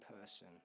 person